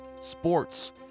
sports